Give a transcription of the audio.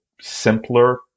simpler